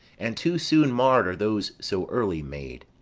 and too soon marr'd are those so early made.